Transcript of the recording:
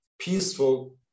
peaceful